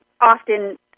often